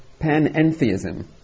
panentheism